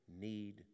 need